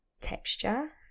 texture